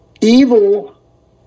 evil